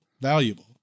valuable